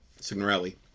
Signorelli